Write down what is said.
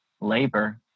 labor